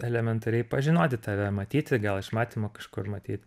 elementariai pažinoti tave matyti gal iš matymo kažkur matyt